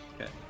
Okay